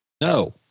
No